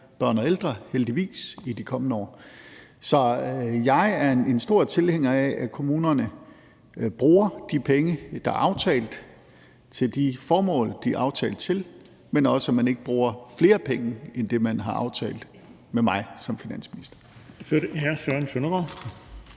børn og ældre, heldigvis, i de kommende år. Så jeg er en stor tilhænger af, at kommunerne bruger de penge, der er aftalt, til de formål, de er aftalt til, men også af, at man ikke bruger flere penge end det, man har aftalt med mig som finansminister. Kl. 14:31 Den fg.